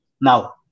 Now